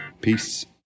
Peace